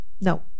no